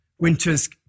Winter's